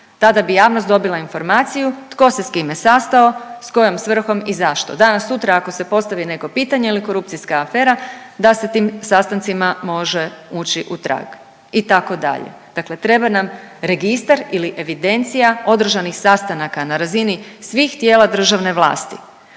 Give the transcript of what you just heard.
tada bi javnost dobila informaciju tko se s kime sastao, s kojom svrhom i zašto. Danas sutra ako se postavi neko pitanje ili korupcijska afera da se tim sastancima može ući u trag itd., dakle treba nam registar ili evidencija održanih sastanaka na razini svih tijela državne vlasti,